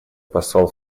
посол